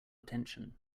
attention